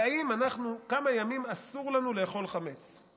כמה ימים אסור לנו לאכול חמץ?